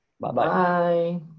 Bye-bye